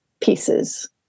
pieces